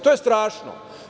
To je strašno.